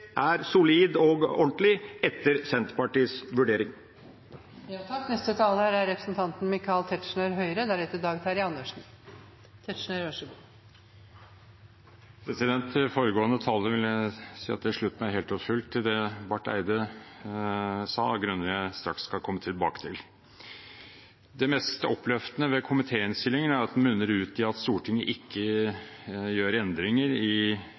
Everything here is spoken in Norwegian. er solid og ordentlig etter Senterpartiets vurdering. Jeg slutter meg helt og fullt til det representanten Barth Eide sa, av grunner jeg straks skal komme tilbake til. Det mest oppløftende ved komitéinnstillingen er at den munner ut i at Stortinget ikke gjør endringer i